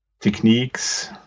techniques